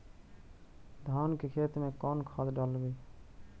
धान के खेत में कौन खाद डालबै?